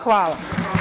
Hvala.